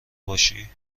باشی